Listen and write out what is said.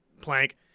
Plank